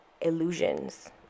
illusions